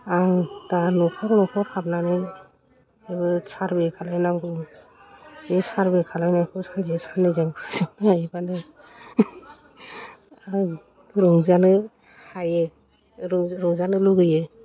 आं दा न'खर न'खर हाबनानै जोबोद सारभे खालामनांगौ बे सारभे खालामनायखौ सानसे सान्नैजों फोजोबनो हायोबानो आं रंजानो हायो रंजानो लुगैयो